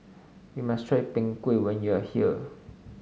you must try Png Kueh when you are here